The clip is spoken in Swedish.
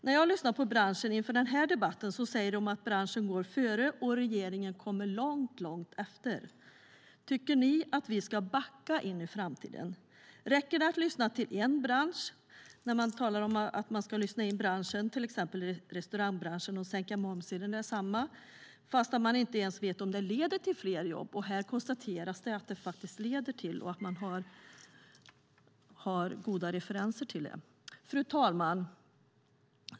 När jag har lyssnat på branschen inför den här debatten säger de att branschen går före och regeringen kommer långt efter. Tycker ni att vi ska backa in i framtiden? Räcker det att lyssna till en bransch när man talar om att man ska lyssna in branschen, till exempel restaurangbranschen, och att sänka momsen i densamma, fast man inte ens vet om det leder till fler jobb? Här konstateras bara att det leder till detta och att man har goda referenser till det. Fru talman!